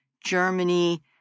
Germany